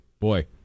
Boy